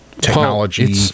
Technology